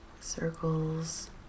circles